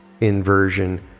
inversion